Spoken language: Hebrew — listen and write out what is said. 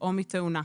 או תאונה.